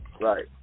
right